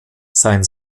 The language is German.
sein